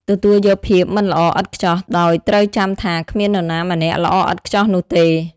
ទទួលយកភាពមិនល្អឥតខ្ចោះ ដោយត្រូវចាំថាគ្មាននរណាម្នាក់ល្អឥតខ្ចោះនោះទេ។